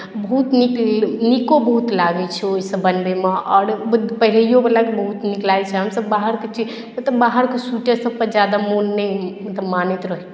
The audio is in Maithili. बहुत नीक नीको बहुत लागैत छै ओहिसँ बनबयमे आओर पहिरैओवलाकेँ बहुत नीक लागैत छै हमसभ बाहरके चीज मतलब बाहरके सूटेसभपर मोन नहि मतलब मानैत रहैत छै